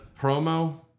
promo